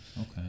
Okay